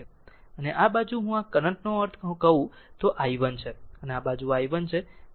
અને આ બાજુ હું આ કરંટ નો અર્થ જો કહું તો i 1 છે